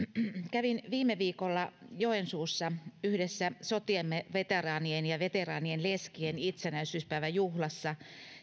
kävin viime viikolla joensuussa yhdessä sotiemme veteraanien ja veteraanien leskien itsenäisyyspäiväjuhlassa